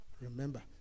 remember